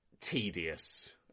tedious